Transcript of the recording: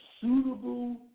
suitable